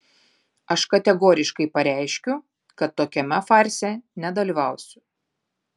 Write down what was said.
aš kategoriškai pareiškiu kad tokiame farse nedalyvausiu